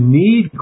need